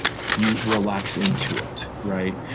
you relax into it. right?